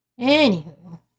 anywho